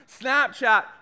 Snapchat